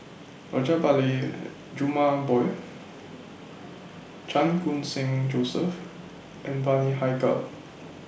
Rajabali Jumabhoy Chan Khun Sing Joseph and Bani Haykal